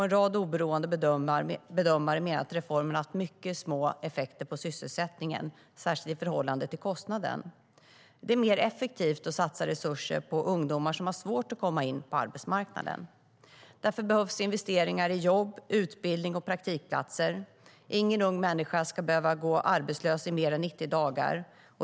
En rad oberoende bedömare menar att reformen haft mycket små effekter på sysselsättningen, särskilt i förhållande till kostnaden. Det är mer effektivt att satsa resurser på ungdomar som har svårt att komma in på arbetsmarknaden. Därför behövs investeringar i jobb, utbildning och praktikplatser. Ingen ung människa ska behöva gå arbetslös i mer än 90 dagar.